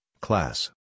Class